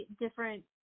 different